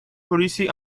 policy